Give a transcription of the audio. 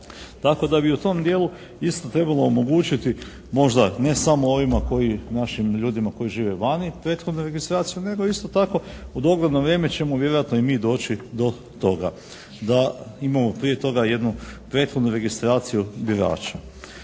Tako da bi u tom dijelu isto trebalo omogućiti možda ne samo ovima kojima, našim ljudima koji žive vani prethodnu registraciju nego isto tako u dogledno vrijeme ćemo vjerojatno i mi doći do toga da imamo prije toga jednu prethodnu registraciju birača.